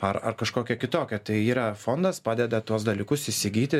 ar ar kažkokia kitokia tai yra fondas padeda tuos dalykus įsigyti